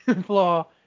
flaw